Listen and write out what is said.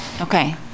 okay